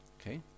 okay